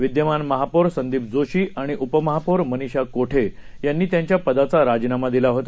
विद्यमान महापौर संदीप जोशी आणि उपमहापौर मनीषा कोठे यांनी त्यांच्या पदाचा राजीनामा दिला होता